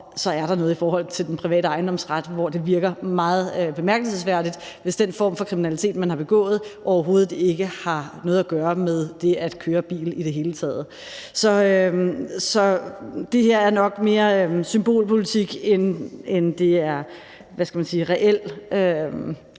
så er der noget i forhold til den private ejendomsret, hvor det virker meget bemærkelsesværdigt, hvis den form for kriminalitet, man har begået, overhovedet ikke har noget at gøre med det at køre bil i det hele taget. Så det her er nok mere symbolpolitik, end det er reel hård politik over